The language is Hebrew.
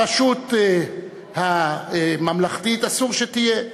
הרשות הממלכתית, אסור שתהיה,